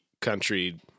country